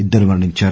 ఇద్దరు మరణించారు